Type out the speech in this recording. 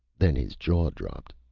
then his jaw dropped.